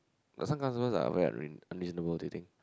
no some customers are very unrea~ unreasonable do you think